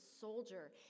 soldier